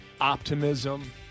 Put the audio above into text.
Optimism